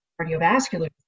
cardiovascular